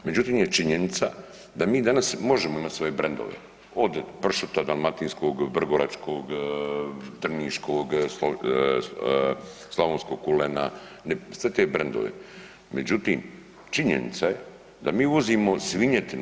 Međutim je činjenica da mi danas možemo imati svoje brendove od pršuta dalmatinskog, vrgoračkog, drniškog, slavonskog kulena sve te brendove, međutim činjenica je da mi uvozimo svinjetinu.